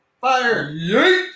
Fire